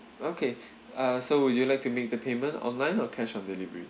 okay uh so would you like to make the payment online or cash on delivery